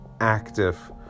active